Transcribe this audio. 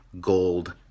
gold